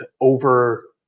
over